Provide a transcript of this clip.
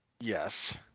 Yes